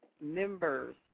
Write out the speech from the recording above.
members